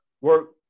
work